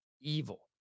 evil